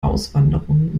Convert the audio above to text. auswanderung